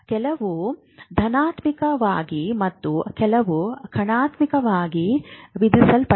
ಕೆಲವು ಧನಾತ್ಮಕವಾಗಿ ಮತ್ತು ಕೆಲವು ಋಣಾತ್ಮಕ ವಾಗಿ ವಿಧಿಸಲ್ಪಡುತ್ತವೆ